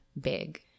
Big